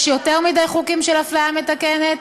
יש יותר מדי חוקים של אפליה מתקנת,